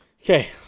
Okay